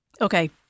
Okay